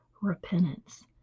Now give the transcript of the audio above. repentance